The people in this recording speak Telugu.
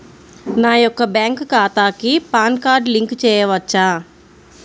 నా యొక్క బ్యాంక్ ఖాతాకి పాన్ కార్డ్ లింక్ చేయవచ్చా?